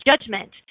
judgment